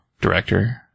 Director